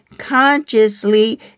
consciously